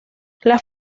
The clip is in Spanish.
las